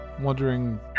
Wondering